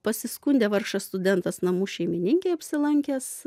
pasiskundė vargšas studentas namų šeimininkei apsilankęs